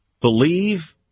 believe